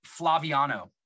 Flaviano